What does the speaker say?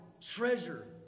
treasure